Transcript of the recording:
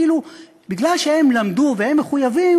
כאילו מכיוון שהם למדו והם מחויבים,